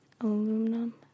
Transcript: aluminum